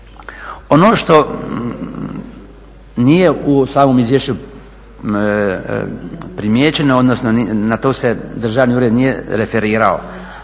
Ono što nije u samom izvješću primijećeno odnosno na to se Državni ured nije referirao,